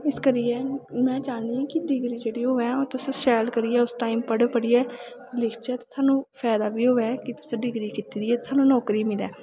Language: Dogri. इस करियै में चाह्न्नी आं कि डिग्री जेह्ड़ी होऐ ओह् तुसें शैल करियै उस टाईम पढ़ी पढ़ियै लिखचै ते सानूं फैदा बी होऐ कि तुसें डिग्री कीती दी ऐ ते सानूं नौकरी मिलै